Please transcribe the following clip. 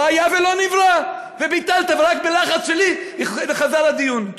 לא היה ולא נברא, וביטלת, ורק בלחץ שלי חזר הדיון.